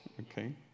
okay